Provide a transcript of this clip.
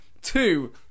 two